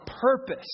purpose